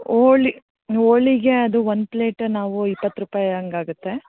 ಹೋಳಿ ಹೋಳಿಗೆ ಅದು one plate ನಾವು ಇಪ್ಪತ್ತು ರೂಪಾಯಿ ಹಂಗೆ ಆಗುತ್ತೆ